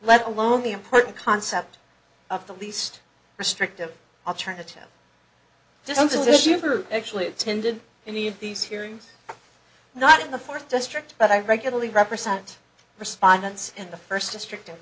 let alone the important concept of the least restrictive alternative jungle if you actually attended any of these hearings not in the fourth district but i regularly represent respondents in the first district in